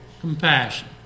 Compassion